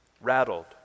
rattled